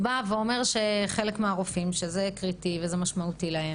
חלק מהרופאים באים ואומרים שזה קריטי וזה משמעותי להם.